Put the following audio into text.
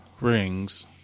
rings